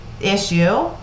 issue